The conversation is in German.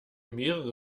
mehrere